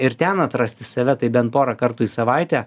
ir ten atrasti save tai bent porą kartų į savaitę